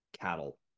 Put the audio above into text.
cattle